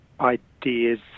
ideas